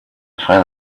file